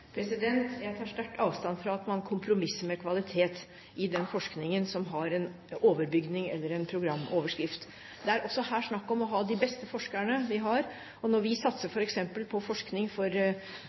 Jeg tar sterkt avstand fra at man kompromisser med kvalitet i den forskningen som har en overbygning eller en programoverskrift. Her er det snakk om å ha de beste forskerne, og når vi f.eks. satser på forskning for